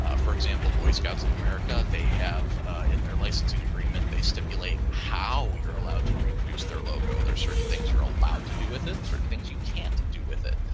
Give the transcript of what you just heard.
ah for example, boy scouts of america, they have in their licensing agreement, they stipulate how you're allowed to reproduce their logo. there's certain things you're allowed to do with it. certain things you can't do with it.